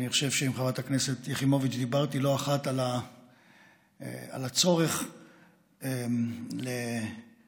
אני חושב שעם חברת הכנסת יחימוביץ' דיברתי לא אחת על הצורך לא להתייאש,